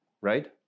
right